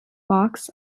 box